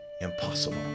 impossible